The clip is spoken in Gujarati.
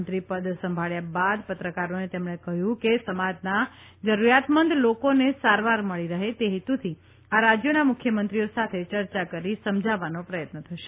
મંત્રીપદ સંભાળ્યા બાદ પત્રકારોને તેમણે કહ્યું કે સમાજના જરૂરતમંદ લોકોને સારવાર મળી રહે તે હેતુથી આ રાજયોના મુખ્યમંત્રીઓ સાથે ચર્ચા કરી સમજાવવાનો પ્રયત્ન થશે